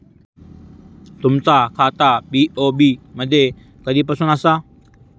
तुमचा खाता बी.ओ.बी मध्ये कधीपासून आसा?